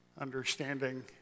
understanding